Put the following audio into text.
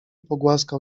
pogłaskał